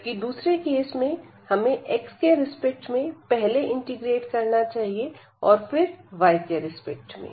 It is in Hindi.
जबकि दूसरे केस में हमें x के रिस्पेक्ट में पहले इंटीग्रेट करना चाहिए और फिर y के रिस्पेक्ट में